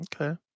Okay